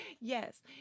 yes